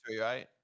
right